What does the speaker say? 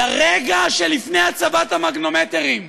לרגע שלפני הצבת המגנומטרים.